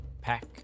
pack